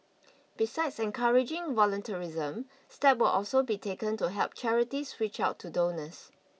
besides encouraging volunteerism steps will also be taken to help charities reach out to donors